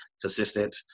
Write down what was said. consistent